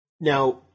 Now